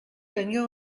tenia